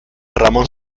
ramón